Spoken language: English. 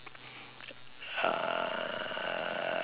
uh